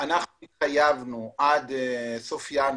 התחייבנו עד סוף ינואר,